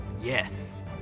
Yes